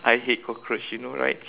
I hate cockroach you know right